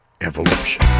Evolution